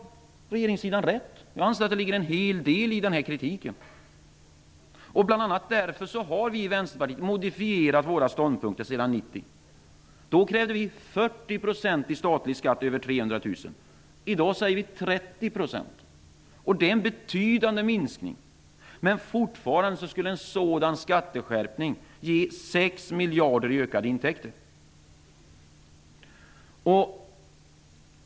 Regeringen har rätt. Jag anser att det ligger en hel del i den kritiken. Bl.a. därför har vi i Vänsterpartiet modifierat våra ståndpunkter sedan 1990. Då krävde vi 40 % i statlig skatt på inkomster över 300 000 kr. I dag säger vi 30 %. Det är en betydande minskning, men fortfarande skulle en sådan skatteskärpning ge 6 miljarder i ökade intäkter.